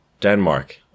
Denmark